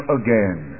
again